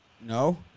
No